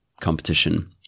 competition